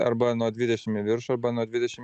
arba nuo dvidešim į viršų arba nuo dvidešim